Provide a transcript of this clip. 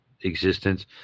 existence